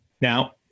Now